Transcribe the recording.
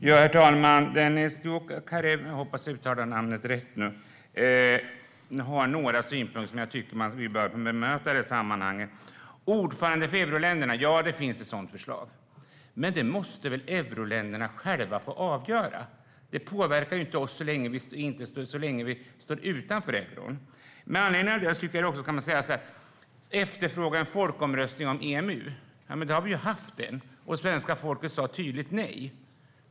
Herr talman! Dennis Dioukarev har några synpunkter som bör bemötas. Det finns ett förslag om en ordförande för euroländerna. Detta måste väl euroländerna själva få avgöra. Det påverkar inte oss så länge vi står utanför euron. Sverigedemokraterna efterfrågar en folkomröstning om EMU. Vi har ju haft en sådan, och svenska folket sa tydligt nej.